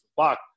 Fuck